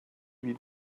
wie